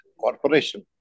corporation